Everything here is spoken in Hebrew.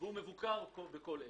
הוא מבוקר בכל עת.